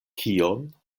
kion